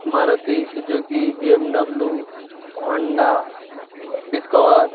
Maruti Suzuki B M W Honda discover